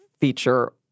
feature